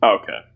okay